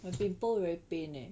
my pimple very pain leh